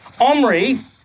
Omri